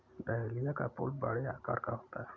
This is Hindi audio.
डहेलिया का फूल बड़े आकार का होता है